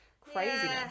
craziness